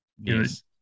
Yes